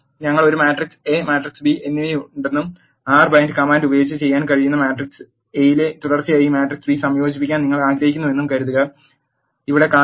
ഞങ്ങൾക്ക് ഒരു matrix A matrix B എന്നിവയുണ്ടെന്നും ആർ ബൈൻഡ് കമാൻഡ് ഉപയോഗിച്ച് ചെയ്യാൻ കഴിയുന്ന മാട്രിക്സ് എയിലെ തുടർച്ചയായി ഈ മാട്രിക്സ് ബി സംയോജിപ്പിക്കാൻ നിങ്ങൾ ആഗ്രഹിക്കുന്നുവെന്നും കരുതുക ഇവിടെ കാണിച്ചിരിക്കുന്നു